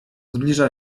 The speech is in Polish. zbliża